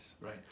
right